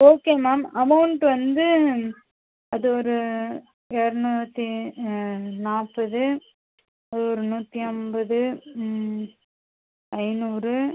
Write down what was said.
okay ma'am amount வந்து அது ஒரு இருநூற்றி நாற்பது அது ஒரு நூற்றி ஐம்பது ஐந்நூறு